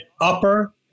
upper